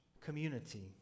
community